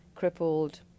crippled